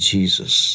Jesus